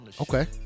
Okay